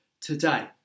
today